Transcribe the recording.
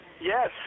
Yes